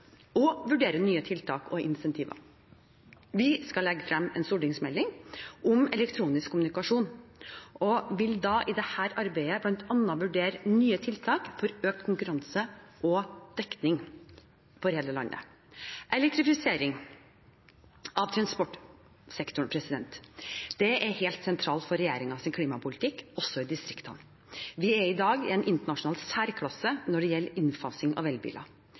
og vurdere nye tiltak og insentiver. Vi skal legge frem en stortingsmelding om elektronisk kommunikasjon, og vil i dette arbeidet bl.a. vurdere nye tiltak for økt konkurranse og dekning i hele landet. Elektrifisering av transportsektoren er helt sentralt for regjeringens klimapolitikk, også i distriktene. Vi er i dag i en internasjonal særklasse når det gjelder innfasing av elbiler.